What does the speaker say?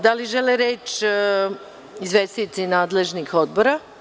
Da li reč žele izvestioci nadležnih odbora?